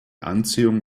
anziehung